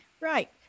Right